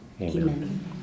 Amen